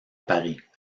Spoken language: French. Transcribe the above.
paris